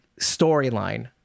storyline